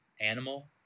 animal